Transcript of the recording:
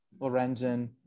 Lorenzen